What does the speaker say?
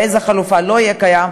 באיזה חלופה לא יהיה קיים,